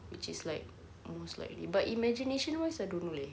which is like most likely but imagination wise I don't know leh